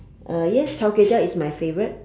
uh yes char kway teow is my favourite